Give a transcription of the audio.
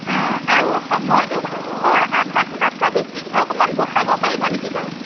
অঁ আৰু সময়টো বাৰু আধা ঘণ্টাতকৈ বেছি অকণমান বঢ়াব পাৰিব নেকি বাৰু